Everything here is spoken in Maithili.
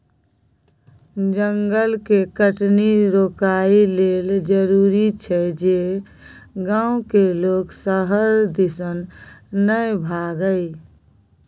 जंगल के कटनी रोकइ लेल जरूरी छै जे गांव के लोक शहर दिसन नइ भागइ